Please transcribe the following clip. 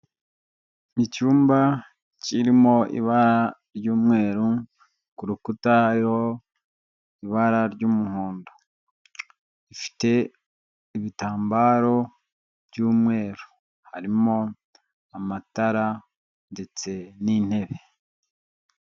Icyumba kirimo ibara ry'umweru, ku rukuta hariho ibara ry'umuhondo, ifite ibitambaro by'umweru harimo amatara ndetse n'intebe.